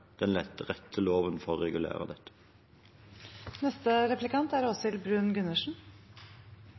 den rette loven for å regulere